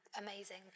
amazing